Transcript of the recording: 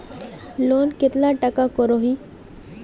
Loan कतला टाका करोही?